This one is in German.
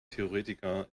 theoretiker